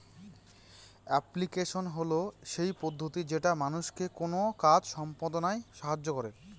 application হল সেই পদ্ধতি যেটা মানুষকে কোনো কাজ সম্পদনায় সাহায্য করে